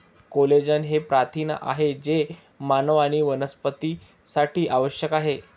collagen हे प्रथिन आहे जे मानव आणि वनस्पतींसाठी आवश्यक आहे